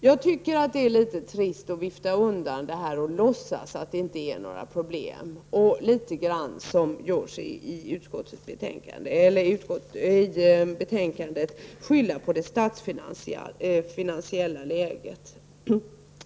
Jag tycker att det är litet trist att vifta undan de här synpunkterna, låtsas att det inte är några problem och, som man i viss mån nu gör i betänkandet, skylla på det statsfinansiella läget.